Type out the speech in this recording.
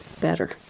better